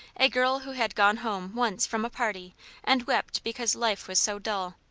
a girl who had gone home, once, from a party and wept because life was so dull.